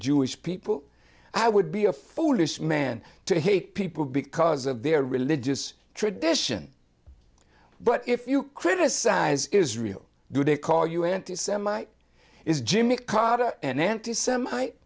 jewish people i would be a foolish man to hate people because of their religious tradition but if you criticize israel do they call you anti semite is jimmy kata an anti semite